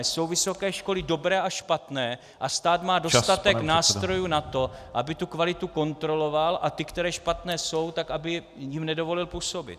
Jsou vysoké školy dobré a špatné a stát má dostatek nástrojů na to, aby kvalitu kontroloval a těm, které špatné jsou, nedovolil působit.